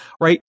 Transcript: right